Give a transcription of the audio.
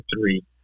three